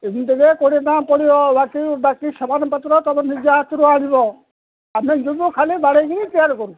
ଏମିତି କୋଡ଼ିଏ ଟଙ୍କା ପଡ଼ିବ ବାକି ବାକି ସାମାନ ପତ୍ର ତୁମର ନିଜେ ହାତରୁ ଆଣିବ ଆମେ ଯିବୁ ଖାଲି ବାଡ଼େଇକି ତିଆରି କରିବୁ